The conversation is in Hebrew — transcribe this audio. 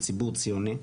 של ציבור ציוני.